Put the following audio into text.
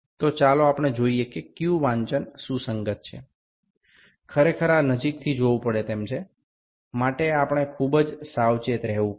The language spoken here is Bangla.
সুতরাং আসুন আমরা দেখি যে কোন পাঠটি মিলে যাচ্ছে আসলে এটি আমাদের খুব কাছে থেকে দেখতে হবে